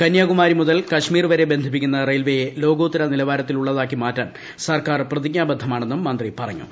കന്യാകുമാരി മുതൽ കശ്മീർ വരെ ബന്ധിപ്പിക്കുന്ന റെയിൽവേയെ ലോകോത്തര നിലവാരത്തിലുളളതാക്കി മാറ്റാൻ സർക്കാർ പ്രതിജ്ഞാബദ്ധമാണെന്നും മന്ത്രി പറഞ്ഞു